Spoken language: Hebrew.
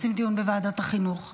דיון בוועדת החינוך.